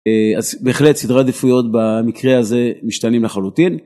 אז בהחלט סדרי עדיפויות במקרה הזה משתנים לחלוטין.